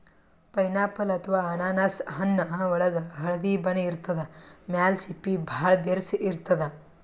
pineapple ಅಥವಾ ಅನಾನಸ್ ಹಣ್ಣ್ ಒಳ್ಗ್ ಹಳ್ದಿ ಬಣ್ಣ ಇರ್ತದ್ ಮ್ಯಾಲ್ ಸಿಪ್ಪಿ ಭಾಳ್ ಬಿರ್ಸ್ ಇರ್ತದ್